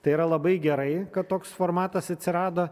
tai yra labai gerai kad toks formatas atsirado